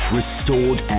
restored